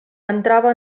entrava